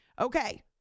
Okay